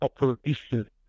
Operation